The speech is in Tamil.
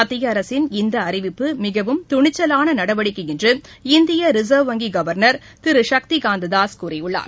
மத்திய அரசின் இந்த அறிவிப்பு மிகவும் துணிச்சலான நடவடிக்கை என்று இந்திய ரிச்வ் வங்கி கவர்னர் திரு சக்தி காந்ததாஸ் கூறியுள்ளார்